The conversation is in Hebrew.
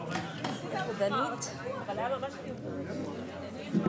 הישיבה ננעלה בשעה